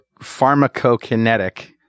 Pharmacokinetic